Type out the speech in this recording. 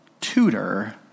tutor